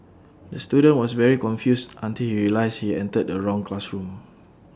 the student was very confused until he realised he entered the wrong classroom